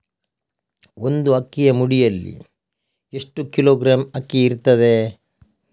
ಒಂದು ಅಕ್ಕಿಯ ಮುಡಿಯಲ್ಲಿ ಎಷ್ಟು ಕಿಲೋಗ್ರಾಂ ಅಕ್ಕಿ ಇರ್ತದೆ?